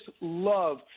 love